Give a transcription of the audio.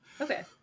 Okay